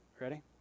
Ready